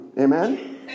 Amen